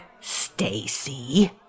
Stacy